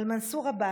על מנסור עבאס.